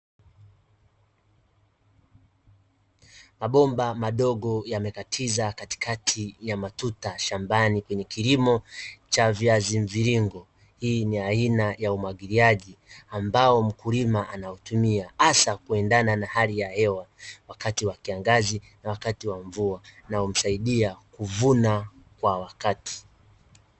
Mabomba madogo yamekatiza katikakati ya matuta shambani, kwenye kilimo cha viazi mviringo. Hii ni aina ya umwagiliaji ambao, mkulima anautumia hasa kuendana na hali ya hewa, wakati wa kiangazi na wakati wa mvua na humsaidia kuvuna kwa wakati.